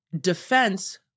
defense